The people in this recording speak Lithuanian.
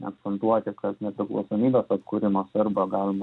akcentuoti kad nepriklausomybės atkūrimas arba galima